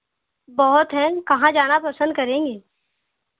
बहुत है कहाँ जाना पसंद करेंगी